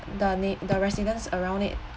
the ni~ the residents around it